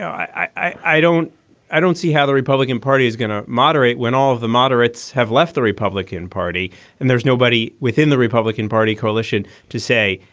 i i don't i don't see how the republican party is going to moderate when all of the moderates have left the republican party and there's nobody within the republican party coalition to say,